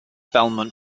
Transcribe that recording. belmont